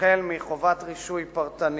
חובת רישוי פרטנית,